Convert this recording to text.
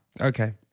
okay